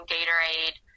Gatorade